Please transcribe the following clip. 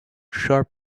sharp